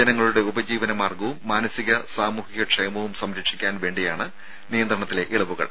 ജനങ്ങളുടെ ഉപജീവന മാർഗ്ഗവും മാനസിക സാമൂഹിക ക്ഷേമവും സംരക്ഷിക്കാൻ വേണ്ടിയാണ് നിയന്ത്രണത്തിലെ ഇളവുകൾ